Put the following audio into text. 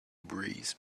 breeze